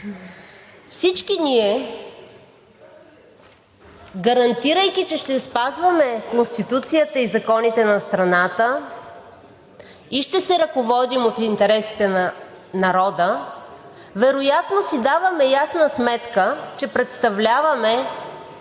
Всички ние, гарантирайки, че ще спазваме Конституцията и законите на страната и ще се ръководим от интересите на народа – вероятно си даваме ясна сметка, че представляваме